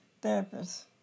therapist